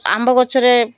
ଆମ୍ବ ଗଛରେ